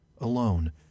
alone